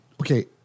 okay